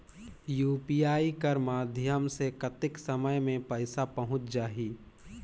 UPI कर माध्यम से कतेक समय मे पइसा पहुंच जाहि?